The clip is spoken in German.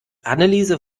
anneliese